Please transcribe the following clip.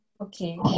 Okay